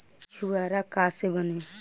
छुआरा का से बनेगा?